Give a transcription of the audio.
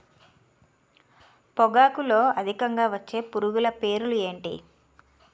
పొగాకులో అధికంగా వచ్చే పురుగుల పేర్లు ఏంటి